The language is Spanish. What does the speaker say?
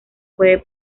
puede